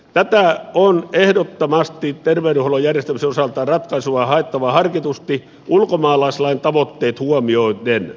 tässä on ehdottomasti terveydenhuollon järjestämisen osalta ratkaisua haettava harkitusti ulkomaalaislain tavoitteet huomioiden